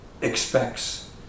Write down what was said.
expects